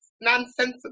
Nonsensical